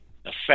effect